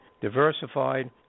diversified